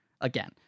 again